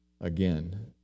again